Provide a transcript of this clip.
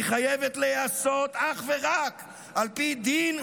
והיא חייבת להיעשות אך ורק על פי דין,